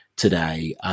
today